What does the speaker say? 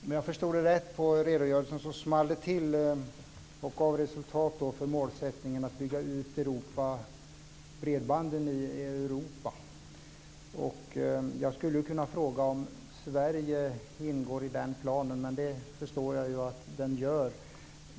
Om jag förstod det rätt av redogörelsen small det till och gav resultat för målsättningen att bygga ut bredbanden i Europa. Jag skulle kunna fråga om Sverige ingår in den planen, men det förstår jag att vi gör.